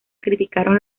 criticaron